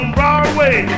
Broadway